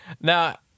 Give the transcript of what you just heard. Now